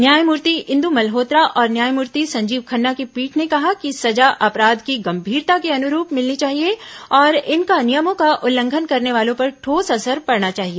न्यायमूर्ति इंदु मल्होत्रा और न्यायमूर्ति संजीव खन्ना की पीठ ने कहा कि सजा अपराध की गंभीरता के अनुरूप मिलनी चाहिए और इनका नियमों का उल्लंघन करने वालों पर ठोस असर पड़ना चाहिए